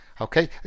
okay